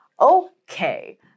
okay